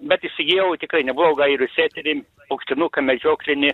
bet įsigijau tikrai neblogą ir seterį paukštinuką medžioklinį